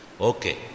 Okay